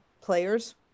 players